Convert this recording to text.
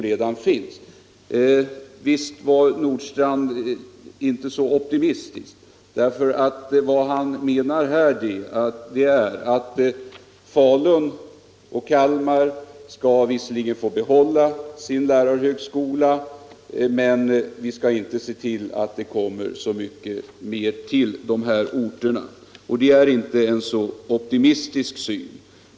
Herr Nordstrandh sade att han inte var så optimistisk, och det är riktigt. Han menar alltså att Falun och Kalmar visserligen skall få behålla sina lärarhögskolor men att vi inte skall se till att det kommer någon annan högskoleutbildning till dessa orter. Det är verkligen inte någon särskilt optimistisk syn.